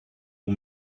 who